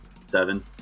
Seven